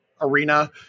arena